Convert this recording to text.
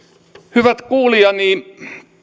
hyvät kuulijani